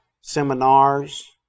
seminars